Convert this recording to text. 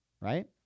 right